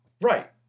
Right